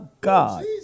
God